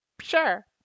Sure